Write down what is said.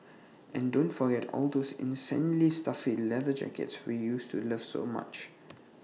and don't forget all those insanely stuffy leather jackets we used to love so much